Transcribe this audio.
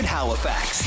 Halifax